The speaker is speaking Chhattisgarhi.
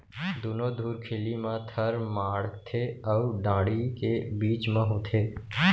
दुनो धुरखिली म थर माड़थे अउ डांड़ी के बीच म होथे